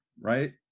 right